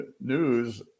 news